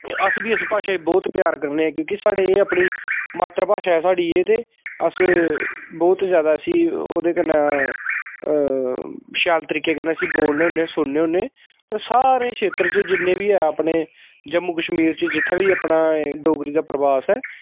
अस बी इस भाशा गी बोह्त प्यार करने आं क्योंकि साढ़े एह् अपनी मात्तर भाशा ऐ साढ़ी एह् ते अस बोह्त ज्यादा इसी ओह्दे कन्नै शैल तरीके कन्नै इसी बोलने होन्ने सुनने होन्ने होर सारे क्षेत्र च जिन्ने बी ऐ अपने जम्मू कश्मीर च जित्थै बी अपना एह् डोगरी दा प्रवास ऐ